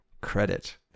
credit